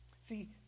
See